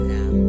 Now